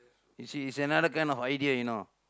you see is another kind of idea you know